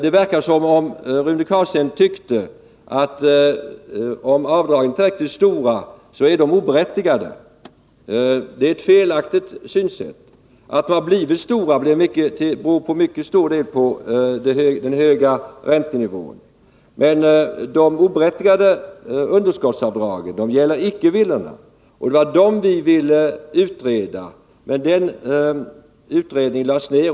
Det verkar som om Rune Carlstein tycker att avdragen är oberättigade om de är tillräckligt stora. Det är ett felaktigt synsätt. Att ränteavdragen har blivit stora beror till mycket stor del på den höga räntenivån. Men de oberättigade underskottsavdragen gäller inte villorna. Det var dessa oberättigade underskottsavdrag vi ville utreda, men utredningen lades ner.